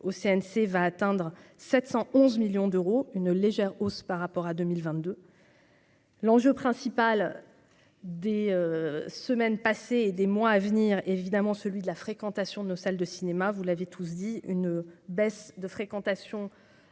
au CNC va atteindre 711 millions d'euros, une légère hausse par rapport à 2022. L'enjeu principal des semaines passées, les mois à venir, évidemment celui de la fréquentation de nos salles de cinéma, vous l'avez tous dit une baisse de fréquentation